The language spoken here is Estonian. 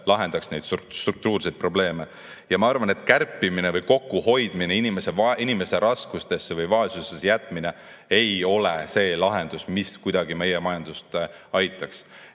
lahendaks neid struktuurseid probleeme, ja ma arvan, et kärpimine või kokkuhoidmine, inimeste raskustesse või vaesusse jätmine ei ole lahendus, mis kuidagi meie majandust